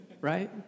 right